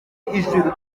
ijuru